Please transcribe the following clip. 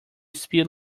spilled